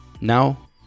Now